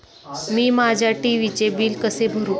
मी माझ्या टी.व्ही चे बिल कसे भरू?